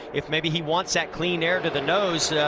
if maybe he wants that clear and air to the nose,